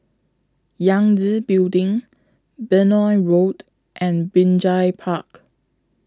Yangtze Building Benoi Road and Binjai Park